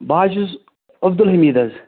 بہٕ حظ چھُس عبدالحمیٖد حظ